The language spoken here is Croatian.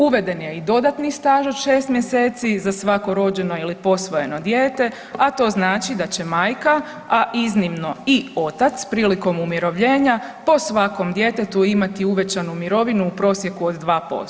Uveden je i dodatni staž od 6 mjeseci za svako rođeno ili posvojeno dijete, a to znači da će majka, a iznimno i otac prilikom umirovljenja po svakom djetetu imati uvećanu mirovinu u prosjeku od 2%